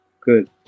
Good